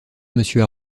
monsieur